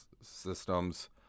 systems